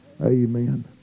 Amen